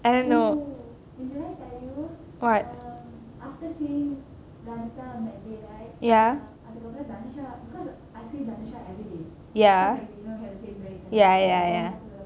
I don't know what ya ya ya ya ya